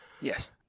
Yes